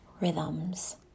rhythms